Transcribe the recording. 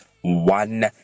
one